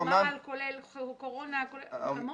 כולל ותמ"ל, כולל קורונה, המון.